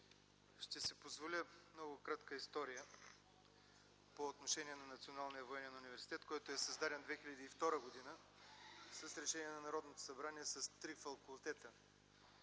Ще си позволя много кратка история по отношение на Националния военен университет, който е създаден 2002 г. с решение на Народното събрание с три факултета